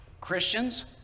Christians